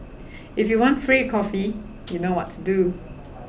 if you want free coffee you know what to do